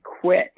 quit